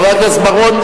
חבר הכנסת בר-און,